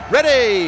Ready